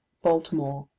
baltimore.